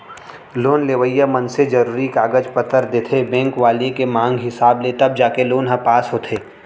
loan लेवइया मनसे जरुरी कागज पतर देथे बेंक वाले के मांग हिसाब ले तब जाके लोन ह पास होथे